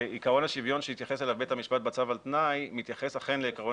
עיקרון השוויון שהתייחס אליו בית המשפט בצו על תנאי מתייחס אכן לעיקרון